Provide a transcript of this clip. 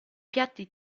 piatti